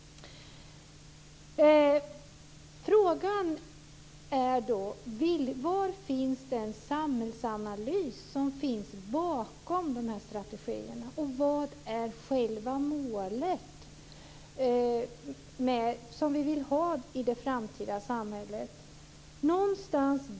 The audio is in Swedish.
Frågan är då: Vilken samhällsanalys finns bakom dessa strategier, och vad är själva målet när det gäller detta i det framtida samhället?